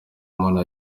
umuntu